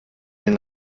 den